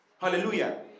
Hallelujah